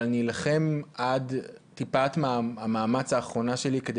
אבל אני אלחם עד טיפת המאמץ האחרונה שלי כדי